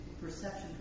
perception